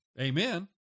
Amen